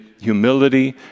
Humility